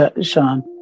Sean